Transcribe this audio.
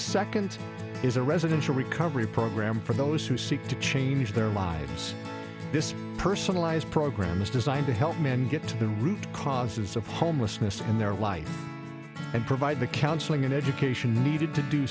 second is a residential recovery program for those who seek to change their lives this personalized program is designed to help men get to the root causes of homelessness in their life and provide the counseling and education